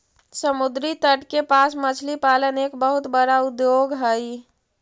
समुद्री तट के पास मछली पालन एक बहुत बड़ा उद्योग हइ